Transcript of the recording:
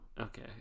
Okay